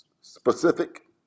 specific